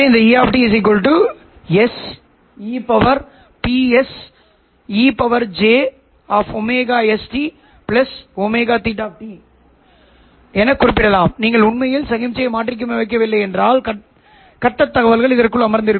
இந்த E ஐ E sePsej st θ எனக் குறிப்பிடலாம் நீங்கள் உண்மையில் சமிக்ஞையை மாற்றியமைக்கவில்லை என்றால் கட்டத் தகவல்கள் இதற்குள் அமர்ந்திருக்கும்